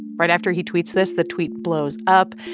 right after he tweets this, the tweet blows up.